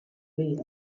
tray